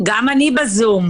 גם אני בזום.